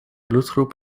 bloedgroep